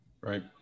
Right